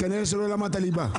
אתה מקנא שלא למדת ליבה?